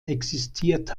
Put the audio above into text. existiert